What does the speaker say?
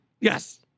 Yes